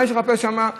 מה יש לחפש שם?